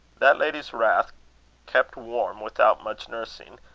that lady's wrath kept warm without much nursing,